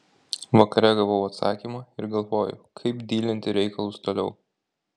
vakare gavau atsakymą ir galvoju kaip dylinti reikalus toliau